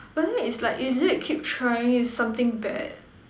but then is like is it keep trying is something bad